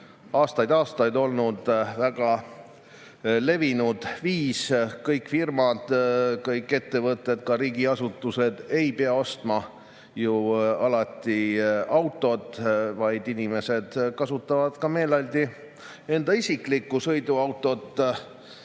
aastaid-aastaid olnud väga levinud viis. Kõik firmad, kõik ettevõtted, ka riigiasutused, ei pea ju alati ostma autot, vaid inimesed kasutavad meeleldi enda isiklikku sõiduautot,